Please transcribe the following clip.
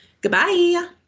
Goodbye